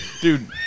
Dude